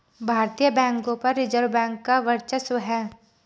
भारतीय बैंकों पर रिजर्व बैंक का वर्चस्व है